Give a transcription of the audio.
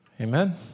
Amen